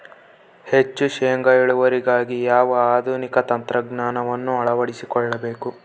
ಹೆಚ್ಚು ಶೇಂಗಾ ಇಳುವರಿಗಾಗಿ ಯಾವ ಆಧುನಿಕ ತಂತ್ರಜ್ಞಾನವನ್ನು ಅಳವಡಿಸಿಕೊಳ್ಳಬೇಕು?